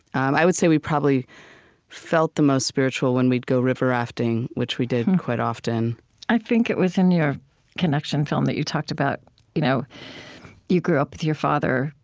and i would say we probably felt the most spiritual when we'd go river rafting, which we did quite often i think it was in your connection film that you talked about you know you grew up with your father,